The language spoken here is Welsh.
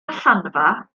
allanfa